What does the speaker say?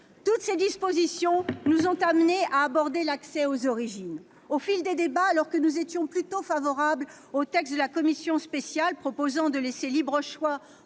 Toutes ces dispositions nous ont amenés à aborder l'accès aux origines. Au fil des débats, alors que nous étions plutôt favorables au texte de la commission spéciale proposant de laisser le libre choix